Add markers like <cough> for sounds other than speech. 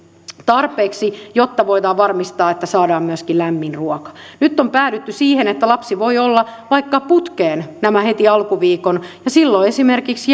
tarpeeksi jotta voidaan varmistaa että saadaan myöskin lämmin ruoka nyt on päädytty siihen että lapsi voi olla vaikka putkeen nämä heti alkuviikon ja silloin esimerkiksi <unintelligible>